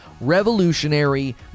revolutionary